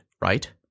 right